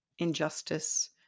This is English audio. Injustice